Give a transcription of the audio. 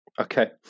Okay